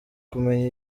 kumenya